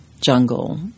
jungle